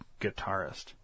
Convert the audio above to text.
guitarist